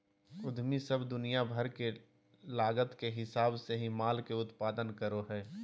उद्यमी सब दुनिया भर के लागत के हिसाब से ही माल के उत्पादन करो हय